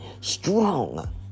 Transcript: strong